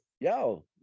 yo